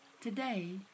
Today